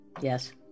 Yes